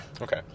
Okay